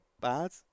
bad